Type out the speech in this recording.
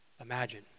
imagine